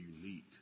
unique